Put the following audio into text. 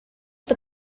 but